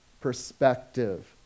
perspective